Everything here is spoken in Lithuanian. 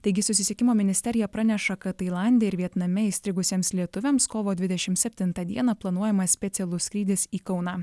taigi susisiekimo ministerija praneša kad tailande ir vietname įstrigusiems lietuviams kovo dvidešimt septintą dieną planuojamas specialus skrydis į kauną